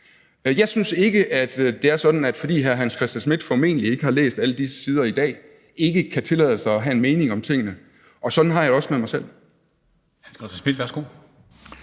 Jeg synes ikke, at det er sådan, at fordi hr. Hans Christian Schmidt formentlig ikke har læst alle disse sider i dag, kan han ikke tillade sig at have en mening om tingene. Og sådan har jeg det også med mig selv. Kl. 13:49 Formanden (Henrik